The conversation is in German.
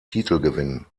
titelgewinn